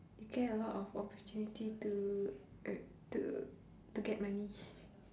you get a lot of opportunity to uh to to get money